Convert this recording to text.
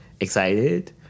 excited